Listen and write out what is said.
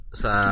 sa